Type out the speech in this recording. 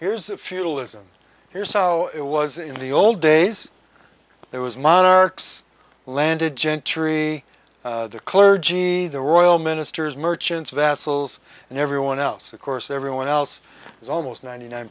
here's a feudalism here's how it was in the old days there was monarchs landed gentry the clergy the royal ministers merchants vessels and everyone else of course everyone else is almost ninety nine